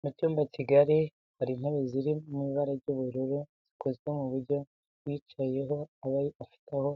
Mu cyumba kigari hari intebe ziri mu ibara ry'ubururu zikozwe ku buryo uyicayeho aba afite aho